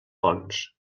fonts